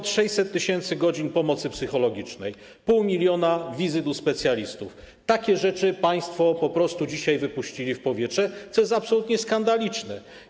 Np. 600 tys. godzin pomocy psychologicznej, 0,5 mln wizyt u specjalistów - takie rzeczy państwo po prostu dzisiaj wypuścili w powietrze, co jest absolutnie skandaliczne.